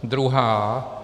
Druhá.